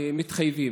המתחייבים.